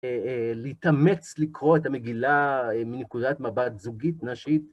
להתאמץ לקרוא את המגילה מנקודת מבט זוגית, נשית.